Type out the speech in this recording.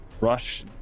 rush